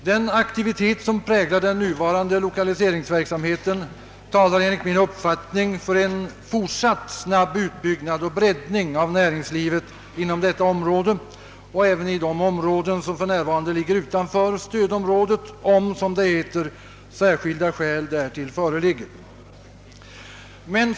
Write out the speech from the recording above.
Den aktivitet som präglat den hittillsvarande lokaliseringsverksamheten talar enligt min uppfattning för en fortsatt snabb utbyggnad och breddning av näringslivet inom detta område och även inom de områden som för närvarande ligger utanför stödområdet om, som det heter, särskilda skäl därtill föreligger.